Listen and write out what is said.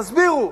תסבירו,